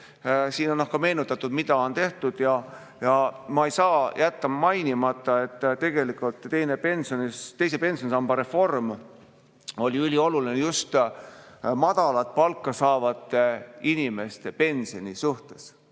Siin on ka meenutatud, mida on tehtud. Ja ma ei saa jätta mainimata, et tegelikult teise pensionisamba reform oli ülioluline just madalat palka saavate inimeste pensioni suhtes.